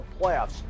playoffs